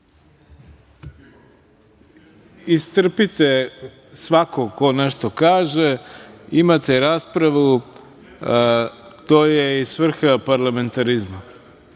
istrpite svakog ko nešto kaže, imate raspravu, to je i svrha parlamentarizma. Idemo